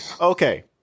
Okay